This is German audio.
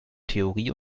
theorie